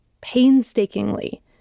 painstakingly